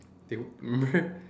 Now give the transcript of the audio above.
they remember